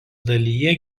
dalyje